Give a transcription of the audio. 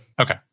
Okay